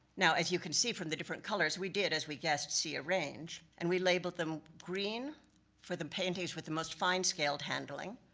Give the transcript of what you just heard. now, as you can see from the different colors, we did, as we guessed, see a range. and we labeled them, green for the paintings with the most fine scaled handling,